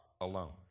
alone